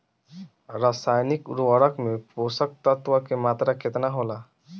रसायनिक उर्वरक मे पोषक तत्व के मात्रा केतना होला?